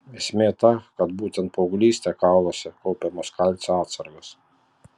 esmė ta kad būtent paauglystėje kauluose kaupiamos kalcio atsargos